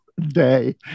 day